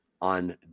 on